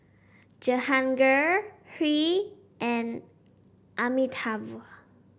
Jehangirr Hri and Amitabh